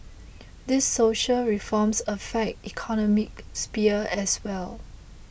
these social reforms affect economic sphere as well